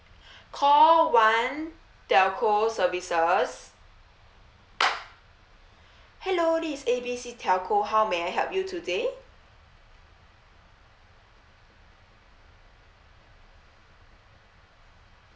call one telco services hello this is A B C telco how may I help you today